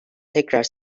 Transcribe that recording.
tekrar